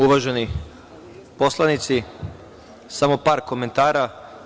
Uvaženi poslanici, samo par komentara.